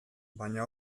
baina